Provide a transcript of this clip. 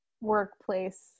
workplace